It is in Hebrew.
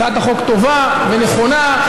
הצעת החוק טובה ונכונה,